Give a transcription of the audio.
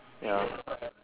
ya